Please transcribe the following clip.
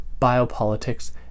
biopolitics